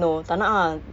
panas sia